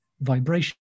vibration